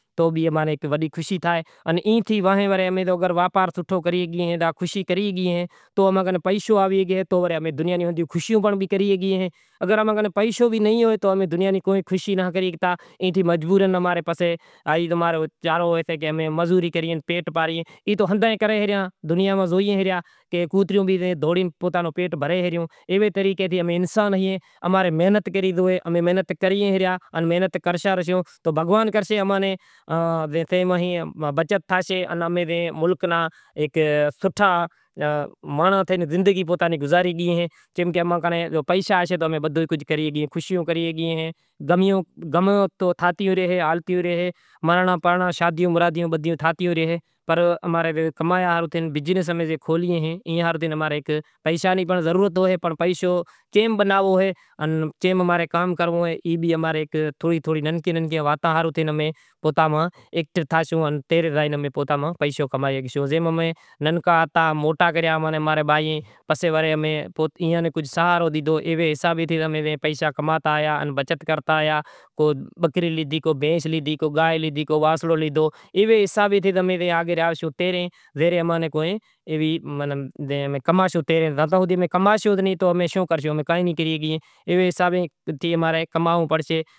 جے ماں امیں کماند نو فصل واوئیں جے ماں ودھیک محنت ہوئے باہرا مہینا پوری محنت کری ریو ہوئے جے ماں کماند واڈھی گڈ کاڈھی بھانڑ بھتر ڈئی اے نوں پورا بارہا مہینڑاں ہنبھارے کرے ورے ایئے میں واڈھے ویسے سوٹھو پرافٹ کمائی گیئے ایوں طریقے ہی کافی کجھ شیوں بیزوں وہاویسیں جے ماں مرساں جاں ایویوں بیزیوں پانجو دہانڑا وغیرہ کہیئں سبزی وغیرہ کہیئں ای بھی امیں واہوی کری ایئے ماں بھی محنت تھائے تو محنت کری ای ماں کجھ پیٹ گزر ہاروں تھے یا بچا ہاروں تھی موں کمائی کافی کجھ ایویں محنت کری ریو اے۔ تو ای حساب اے ہالی ریو اے کرتا ریا ساں کرشوں تاکہ اماں نی خبر پڑی رے کہ بنی ماں تھے شوں پرافٹ آوے شوں نیں آوتو تو ایوے حساب سیں کافی کجھ شیوں تھے ریوں کہ دقت تھے رہی امیں مال بھی پاری ایں جے ماں امیں مال راکھے گھرے کرے وری امیں کھڑ بڑ لے آوے کھڑ ناکھی ان ورے سالوں سال بچت سے اماری ودھیک مال ماں ئی ہوئیسے تا کہ اماں نی ڈوکھیئے وقت ماں کام آویے۔